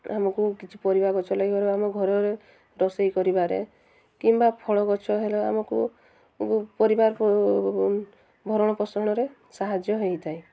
ଆମକୁ କିଛି ପରିବା ଗଛ ଲାଗିବାରୁ ଆମ ଘରରେ ରୋଷେଇ କରିବାରେ କିମ୍ବା ଫଳ ଗଛ ହେଲା ଆମକୁ ପରିବାର ଭରଣ ପୋଷଣରେ ସାହାଯ୍ୟ ହୋଇଥାଏ